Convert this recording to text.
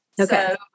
Okay